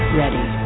ready